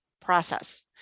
process